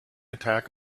attack